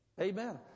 Amen